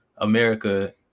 america